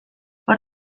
hor